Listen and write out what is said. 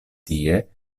tie